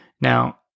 Now